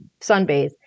sunbathe